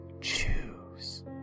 Choose